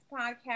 podcast